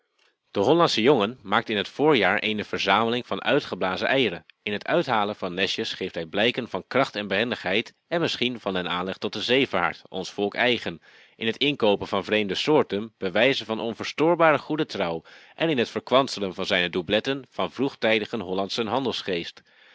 hollandsche jongen maakt in t voorjaar eene verzameling van uitgeblazen eieren in het uithalen van nestjes geeft hij blijken van kracht en behendigheid en misschien van den aanleg tot de zeevaart ons volk eigen in het inkoopen van vreemde soorten bewijzen van onverstoorbare goede trouw en in het verkwanselen van zijne doubletten van vroegtijdigen hollandschen handelsgeest